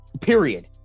Period